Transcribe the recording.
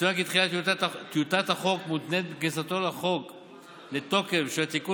יצוין כי תחילת טיוטת החוק מותנית בכניסתו לתוקף של התיקון